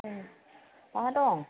औ बहा दं